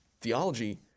theology